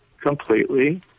completely